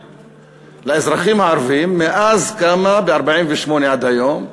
לאזרחים הערבים מאז קמה ב-1948 עד היום.